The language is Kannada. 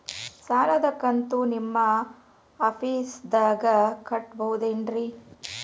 ಸಾಲದ ಕಂತು ನಿಮ್ಮ ಆಫೇಸ್ದಾಗ ಕಟ್ಟಬಹುದೇನ್ರಿ?